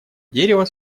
дерева